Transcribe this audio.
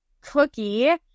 cookie